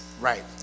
Right